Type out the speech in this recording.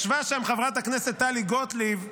ישבה שם חברת הכנסת טלי גוטליב,